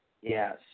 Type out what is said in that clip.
Yes